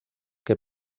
que